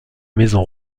maison